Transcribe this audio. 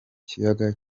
kiyaga